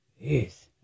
Yes